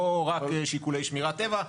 לא רק שיקולי שמירת טבע,